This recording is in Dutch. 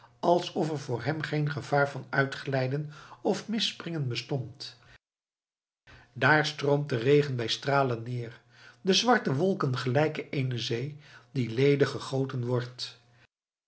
alsof er voor hem geen gevaar van uitglijden of misspringen bestond daar stroomt de regen bij stralen neer de zwarte wolken gelijken eene zee die ledig gegoten wordt